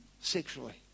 sexually